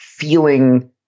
feeling